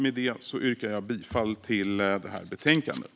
Med detta yrkar jag bifall till utskottets förslag i betänkandet.